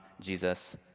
Jesus